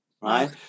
right